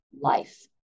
life